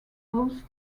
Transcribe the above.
hosts